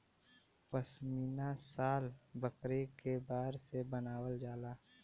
पश्मीना शाल बकरी के बार से बनावल जाला